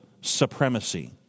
supremacy